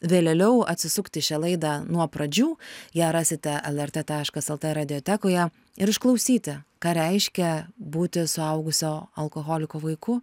vėlėliau atsisukti šią laidą nuo pradžių ją rasite lrt taškas el tė radiotekoje ir išklausyti ką reiškia būti suaugusio alkoholiko vaiku